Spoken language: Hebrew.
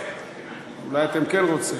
אולי אתם כן רוצים.